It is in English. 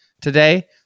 today